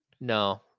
No